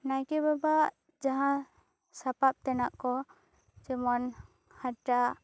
ᱱᱟᱭᱠᱮ ᱵᱟᱵᱟ ᱟᱜ ᱡᱟᱦᱟᱸ ᱥᱟᱯᱟᱵᱽ ᱛᱮᱱᱟᱜ ᱠᱚ ᱡᱮᱢᱚᱱ ᱦᱟᱴᱟᱜ